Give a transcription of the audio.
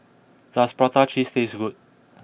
does Prata Cheese taste good